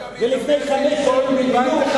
ולפני חמש שנים בדיוק,